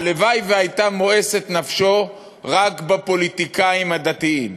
הלוואי שהייתה מואסת נפשו רק בפוליטיקאים הדתיים,